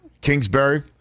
Kingsbury